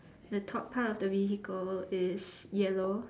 the top part of the vehicle is yellow